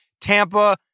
Tampa